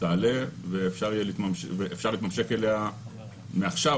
תעלה ואפשר להתממשק אליה מעכשיו,